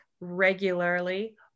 regularly